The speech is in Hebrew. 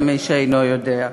למי שאינו יודע,